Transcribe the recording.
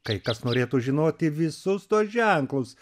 kai kas norėtų žinoti visus tuos ženklus